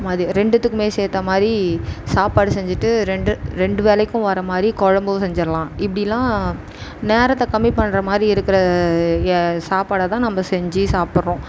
மதியம் ரெண்டுத்துக்குமே சேர்த்த மாதிரி சாப்பாடு செஞ்சுட்டு ரெண்டு ரெண்டு வேளைக்கும் வர்ற மாதிரி குழம்பும் செஞ்சிடலாம் இப்படிலாம் நேரத்ததை கம்மி பண்ணுற மாதிரி இருக்குகிற ஏ சாப்பாட்ட தான் நம்ம செஞ்சு சாப்பிட்றோம்